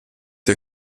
der